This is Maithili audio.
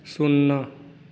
शुन्ना